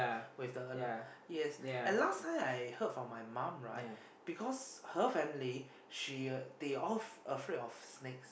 with the alert yes and last time I heard from my mum right because her family she they all afraid of snakes